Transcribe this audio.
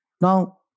Now